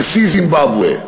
נשיא זימבבואה.